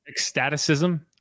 Ecstaticism